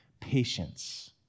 patience